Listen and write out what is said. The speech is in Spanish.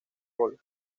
gol